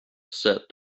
said